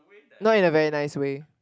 not in a very nice way